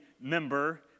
member